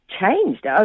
changed